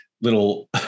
little